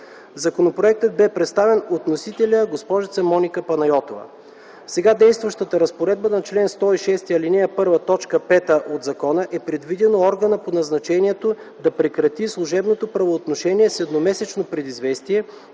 Законопроектът бе представен от вносителя госпожица Моника Панайотова. В сега действащата разпоредба на чл. 106, ал. 1, т. 5 от закона е предвидено органът по назначението да прекрати служебното правоотношение с едномесечно предизвестие,